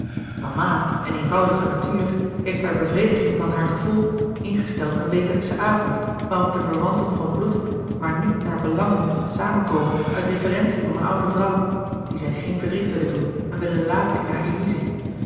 mama een eenvoudige natuur heeft ter bevrediging van haar gevoel ingesteld een wekelijkschen avond waarop de verwanten van bloed maar niet naar belangen samenkomen uit referentie voor een oude vrouw die zij geen verdriet willen doen en willen laten in haar illuzie